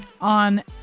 On